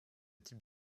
type